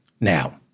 Now